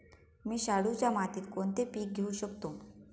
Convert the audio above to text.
मी शाडूच्या मातीत कोणते पीक घेवू शकतो?